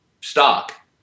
stock